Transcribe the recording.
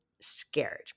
scared